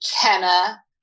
Kenna